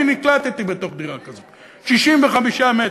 אני נקלטתי בתוך דירה כזאת, 65 מטר,